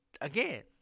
again